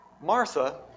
Martha